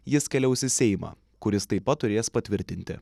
jis keliaus į seimą kuris taip pat turės patvirtinti